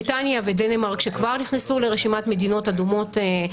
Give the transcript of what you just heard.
בריטניה ודנמרק, שכבר נכנסו לרשימת מדינות אדומות.